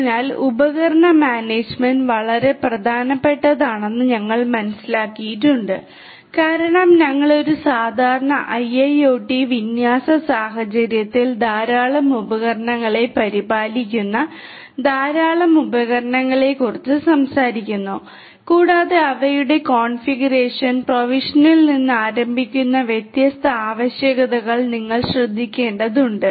അതിനാൽ ഉപകരണ മാനേജുമെന്റ് വളരെ പ്രധാനപ്പെട്ടതാണെന്ന് ഞങ്ങൾ മനസ്സിലാക്കിയിട്ടുണ്ട് കാരണം ഞങ്ങൾ ഒരു സാധാരണ IIoT വിന്യാസ സാഹചര്യത്തിൽ ധാരാളം ഉപകരണങ്ങളെ പരിപാലിക്കുന്ന ധാരാളം ഉപകരണങ്ങളെക്കുറിച്ച് സംസാരിക്കുന്നു കൂടാതെ അവയുടെ കോൺഫിഗറേഷൻ പ്രൊവിഷനിൽ നിന്ന് ആരംഭിക്കുന്ന വ്യത്യസ്ത ആവശ്യകതകൾ നിങ്ങൾ ശ്രദ്ധിക്കേണ്ടതുണ്ട്